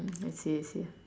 I see I see